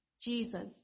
Jesus